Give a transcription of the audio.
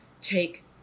take